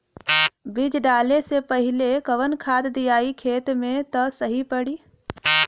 बीज डाले से पहिले कवन खाद्य दियायी खेत में त सही पड़ी?